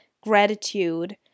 gratitude